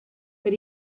but